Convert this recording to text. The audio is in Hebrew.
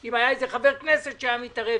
אם היה איזה חבר כנסת שהיה מתערב.